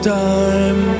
time